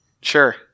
Sure